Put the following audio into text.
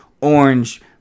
orange